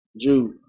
Jude